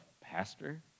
pastor